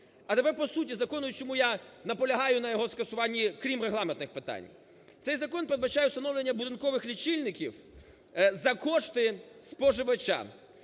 А тепер по суті закону і чому я наполягаю на його скасуванні, крім регламентних питань. Цей закон передбачає встановлення будинкових лічильників за кошти споживача,